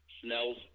Snell's